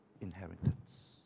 inheritance